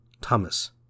Thomas